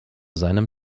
seinem